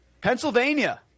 Pennsylvania